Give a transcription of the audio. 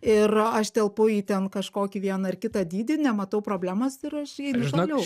ir aš telpu į ten kažkokį vieną ar kitą dydį nematau problemos ir aš einu toliau